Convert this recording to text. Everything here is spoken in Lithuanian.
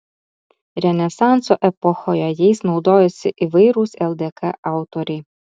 renesanso epochoje jais naudojosi įvairūs ldk autoriai